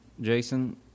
Jason